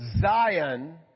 Zion